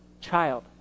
child